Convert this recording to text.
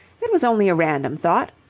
it was only a random thought.